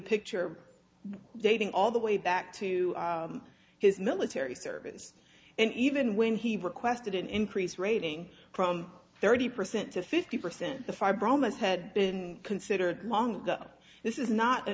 picture dating all the way back to his military service and even when he requested an increase rating from thirty percent to fifty percent the fibro most had been considered long this is not a